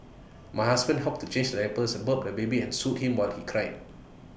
my husband helped to change diapers burp the baby and soothe him what he cried